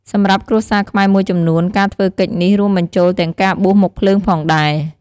សម្រាប់គ្រួសារខ្មែរមួយចំនួន ការធ្វើកិច្ចនេះរួមបញ្ចូលទាំងការបួសមុខភ្លើងផងដែរ។